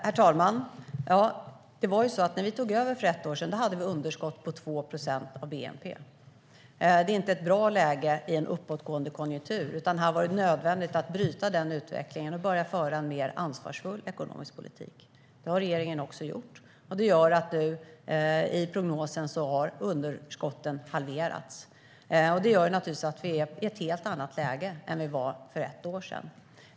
Herr talman! Ja, när vi tog över för ett år sedan hade vi underskott på 2 procent av bnp. Det är inte ett bra läge i en uppåtgående konjunktur. Det var nödvändigt att bryta den utvecklingen och börja föra en mer ansvarsfull ekonomisk politik. Det har regeringen också gjort. I prognosen har underskotten halverats. Det gör naturligtvis att vi är i ett helt annat läge än vi var för ett år sedan.